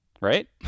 right